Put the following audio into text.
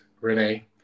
Renee